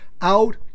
out